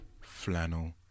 flannel